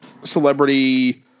celebrity